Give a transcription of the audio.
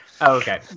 Okay